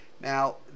Now